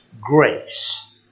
grace